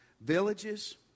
villages